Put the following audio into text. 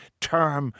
term